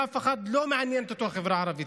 ואת אף אחד לא מעניינת החברה הערבית,